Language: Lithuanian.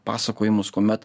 pasakojimus kuomet